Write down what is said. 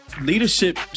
Leadership